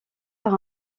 par